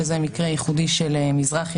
שזה המקרה הייחודי של מזרח ירושלים,